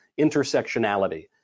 intersectionality